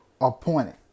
appointed